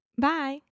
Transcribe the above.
Bye